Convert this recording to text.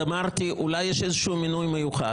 אז אמרתי: אולי יש איזשהו מינוי מיוחד?